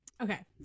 Okay